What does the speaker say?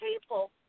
people